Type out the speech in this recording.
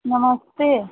नमस्ते